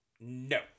No